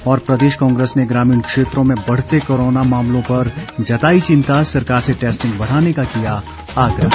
और प्रदेश कांग्रेस ने ग्रामीण क्षेत्रों में बढ़ते कोरोना मामलों पर जताई चिंता सरकार से टैस्टिंग बढ़ाने का किया आग्रह